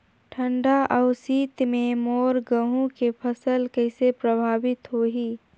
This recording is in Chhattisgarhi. ठंडा अउ शीत मे मोर गहूं के फसल कइसे प्रभावित होही?